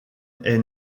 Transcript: est